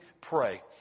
pray